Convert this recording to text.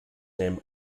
name